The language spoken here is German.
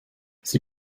sie